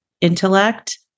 intellect